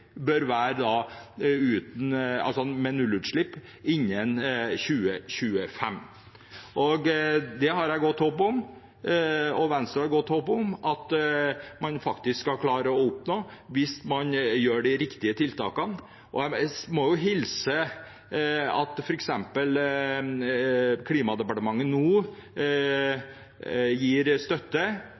bør skje med null utslipp innen 2025. Det har jeg og Venstre et godt håp om at man skal klare å oppnå hvis man gjør de riktige tiltakene. Jeg må hilse og si at når Klima- og miljødepartementet nå gir støtte